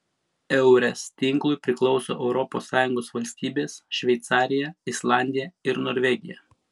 eures tinklui priklauso europos sąjungos valstybės šveicarija islandija ir norvegija